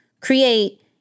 create